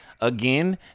Again